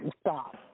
Stop